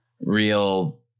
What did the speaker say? real